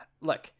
Look